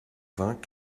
vingt